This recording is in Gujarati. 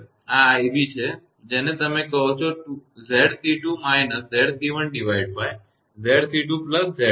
અને 𝑖𝑏 તે છે જે તમે કહો છો 𝑍𝑐2 − 𝑍𝑐1𝑍𝑐2 𝑍𝑐1